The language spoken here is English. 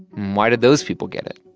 why did those people get it?